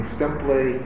simply